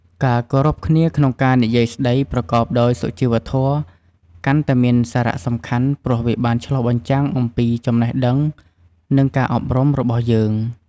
ការគោរពគ្នាក្នុងការនិយាយស្តីប្រកបដោយសុជីវធម៌កាន់តែមានសារៈសំខាន់ព្រោះវាបានឆ្លុះបញ្ចាំងអំពីចំណេះដឹងនិងការអប់រំរបស់យើង។